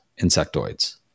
insectoids